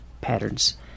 patterns